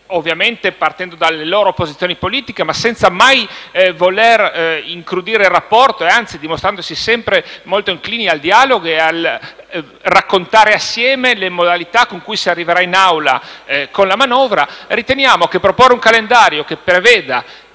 costruttivo, partendo dalle loro posizioni politiche, ma senza mai voler incrudire il rapporto e, anzi, mostrandosi sempre inclini al dialogo sulle modalità con cui si arriverà in Assemblea con la manovra. Riteniamo che proporre un calendario che preveda,